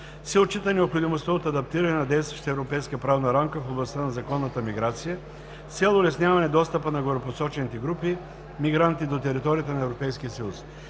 се отчита необходимостта от адаптиране на действащата европейска правна рамка в областта на законната миграция с цел улесняване достъпа на горепосочените групи мигранти до територията на Европейския съюз.